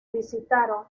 visitaron